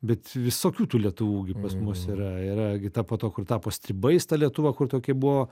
bet visokių tų lietuvų gi pas mus yra yra gi ta poto kur tapo stribais ta lietuva kur tokia buvo